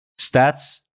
stats